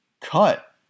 cut